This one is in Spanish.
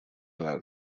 las